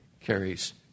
carries